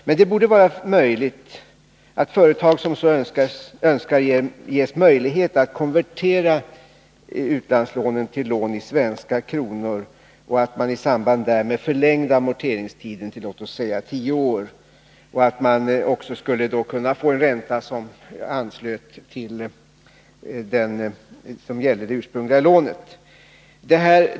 Men det borde vara möjligt att företag som så önskar ges möjlighet att konvertera utlandslånen till lån i svenska kronor och att man i samband därmed förlänger amorteringstiden till låt oss säga tio år. Man skulle också kunna få en ränta som anslöt till den som gällde det ursprungliga lånet.